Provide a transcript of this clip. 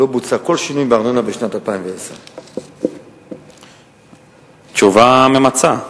לא בוצע כל שינוי בארנונה בשנת 2010. תשובה ממצה.